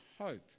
hope